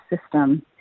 system